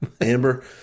Amber